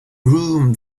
room